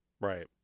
Right